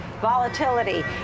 volatility